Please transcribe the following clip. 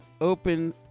open